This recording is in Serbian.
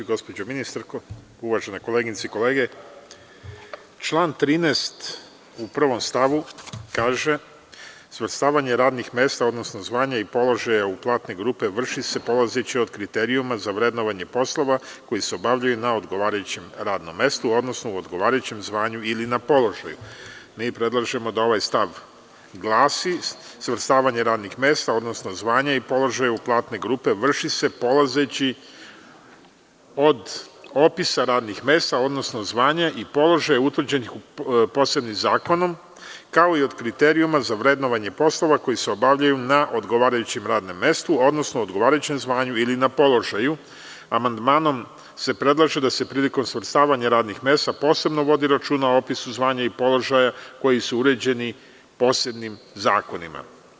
Gospođo ministarko, uvažene koleginice i kolege, član 13. u 1. stavu kaže: „Svrstavanje radnih mesta, odnosno zvanja i položaja u platne grupe, vrši se polazeći od kriterijuma za vrednovanje poslova koji se obavljaju na odgovarajućem radnom mestu, odnosno u odgovarajućem zvanju ili na položaju.“ Mi predlažemo da ovaj stav glasi: „Svrstavanje radnih mesta, odnosno zvanja i položaja u platne grupe, vrši se polazeći od opisa radnih mesta, odnosno zvanja i položaja utvrđenih posebnim zakonom, kao i od kriterijuma za vrednovanje poslova koji se obavljaju na odgovarajućem radnom mestu, odnosno u odgovarajućem zvanju ili na položaju.“ Amandmanom se predlaže da se prilikom svrstavanja radnih mesta posebno vodi računa o opisu zvanja i položaja koji su uređeni posebnim zakonima.